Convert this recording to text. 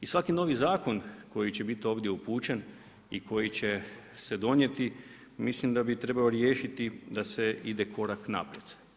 I svaki novi zakon koji će biti ovdje upućen i koji će se donijeti mislim da bi trebao riješiti da se ide korak naprijed.